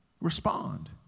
Respond